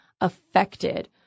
affected